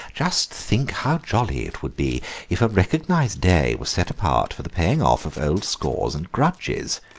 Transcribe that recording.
just think how jolly it would be if a recognised day were set apart for the paying off of old scores and grudges,